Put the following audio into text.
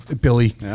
Billy